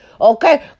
Okay